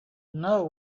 know